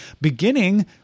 beginning